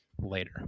later